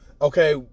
okay